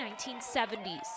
1970s